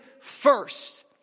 first